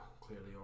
clearly